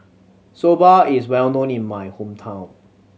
soba is well known in my hometown